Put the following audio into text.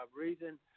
Reason